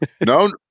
no